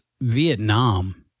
Vietnam